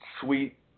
sweet